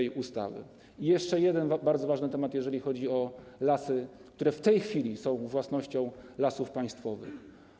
Jeszcze jeden bardzo ważny temat, jeżeli chodzi o lasy, które w tej chwili są własnością Lasów Państwowych.